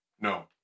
No